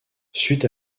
suite